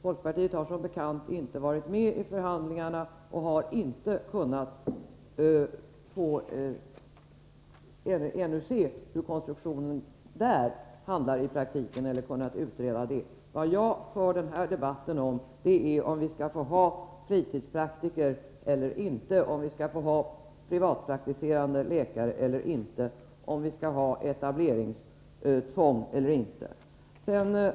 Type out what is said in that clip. Folkpartiet har som bekant inte varit med i förhandlingarna och har ännu inte kunnat utröna hur konstruktionen i praktiken ser ut. De frågor jag diskuterar i denna debatt är om vi skall få ha fritidspraktiker och privatpraktiserande läkare eller inte och om vi skall ha etableringstvång eller inte.